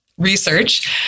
Research